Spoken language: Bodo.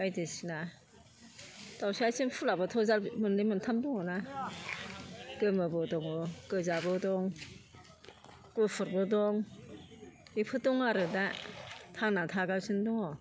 बायदिसिना दाउस्रि आथिं फुलाबोथ जाथ मोन्नै मोन्थाम दङ ना गोमोबो दंङ गोजाबो दं गुफुरबो दं बेफोर दं आरो दा थांनानै थागासिनो दंङ